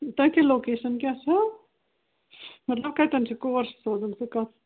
تُہۍ کیٛاہ لوکیٚشن کیٛاہ چھَو مطلب کتٮ۪ن چھِ کور چھِ سوزُن تہٕ کَس